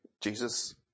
Jesus